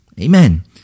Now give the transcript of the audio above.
Amen